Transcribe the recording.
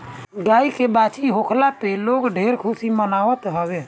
गाई के बाछी होखला पे लोग ढेर खुशी मनावत हवे